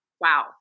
wow